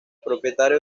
propietario